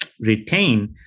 retain